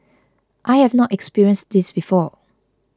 I have not experienced this before